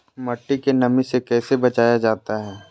मट्टी के नमी से कैसे बचाया जाता हैं?